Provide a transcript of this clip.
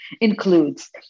includes